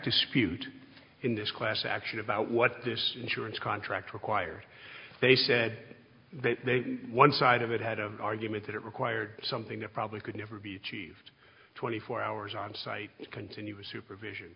dispute in this class action about what this insurance contract required they said that one side of it had an argument that it required something that probably could never be achieved twenty four hours onsite continuous supervision